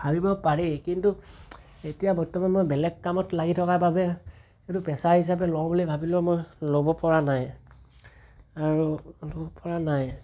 ভাবিব পাৰি কিন্তু এতিয়া বৰ্তমান মই বেলেগ কামত লাগি থকা বাবে এইটো পেছা হিচাপে লওঁ বুলি ভাবিলেও মই ল'ব পৰা নাই আৰু ল'ব পৰা নাই